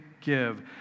give